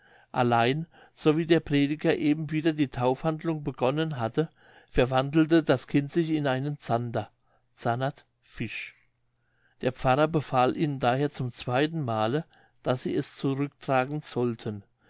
allein so wie der prediger eben wieder die taufhandlung begonnen hatte verwandelte das kind sich in einen zander zannat fisch der pfarrer befahl ihnen daher zum zweiten male daß sie es zurücktragen sollten